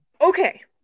Okay